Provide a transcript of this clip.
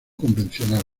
convencional